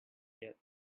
yet